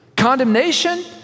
condemnation